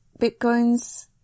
bitcoins